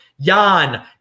Jan